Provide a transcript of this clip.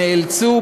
שנאלצו,